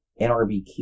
NRBQ